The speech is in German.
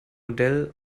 modell